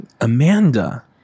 Amanda